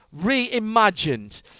reimagined